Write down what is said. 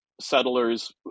settlers